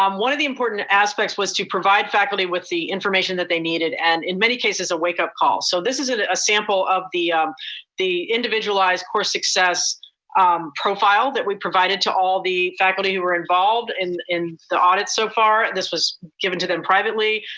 um one of the important aspects was to provide faculty with the information that they needed needed and in many cases, a wake up call. so this is a sample of the the individualized course success profile that we provided to all the faculty who were involved in in the audits so far, this was given to them privately.